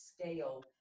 scale